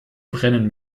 brennen